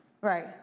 Right